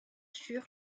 sûr